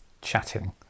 chatting